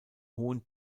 hohen